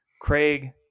Craig